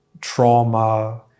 trauma